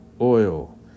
Oil